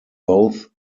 both